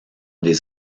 des